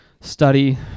study